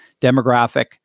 demographic